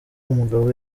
umugabo